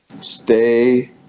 Stay